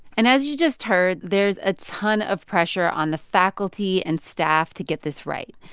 and as you just heard, there's a ton of pressure on the faculty and staff to get this right,